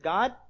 God